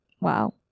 Wow